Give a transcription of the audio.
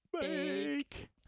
Bake